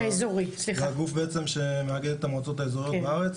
זה הגוף שמאגד את המועצות האזוריות בארץ,